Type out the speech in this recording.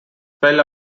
fell